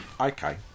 Okay